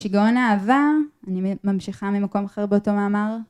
שגעון האהבה, אני ממשיכה ממקום אחר באותו מאמר,